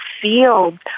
field